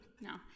no